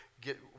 get